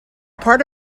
part